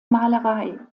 malerei